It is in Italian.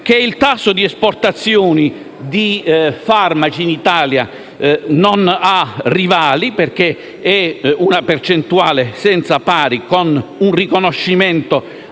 il tasso di esportazione di farmaci dall'Italia non ha rivali, perché si tratta di una percentuale senza pari, con un riconoscimento